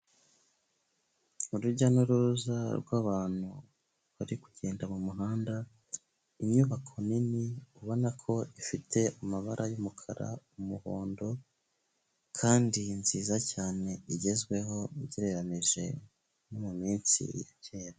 Urujya n'uruza rw'abantu bari kugenda mu muhanda, inyubako nini ubona ko ifite amabara y'umukara, umuhondo kandi nziza cyane igezweho ugereranyije no mu minsi ya kera.